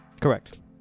Correct